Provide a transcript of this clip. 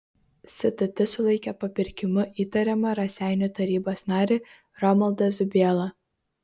stt sulaikė papirkimu įtariamą raseinių tarybos narį romaldą zubielą